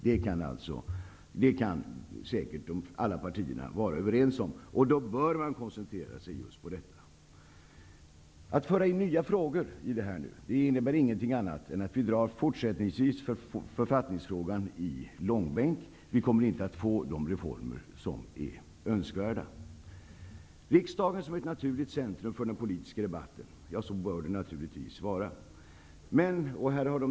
Det kan säkert alla partier vara överens om. Då bör man koncentrera sig just på det som jag här nämnt. Att föra in nya frågor innebär ingenting annat än att vi fortsättningsvis drar författningsfrågan i långbänk. Vi kommer inte att få de reformer som är önskvärda. Riksdagen bör naturligtvis vara ett naturligt centrum för den politiska debatten.